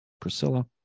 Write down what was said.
Priscilla